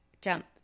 Jump